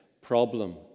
problem